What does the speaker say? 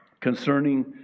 concerning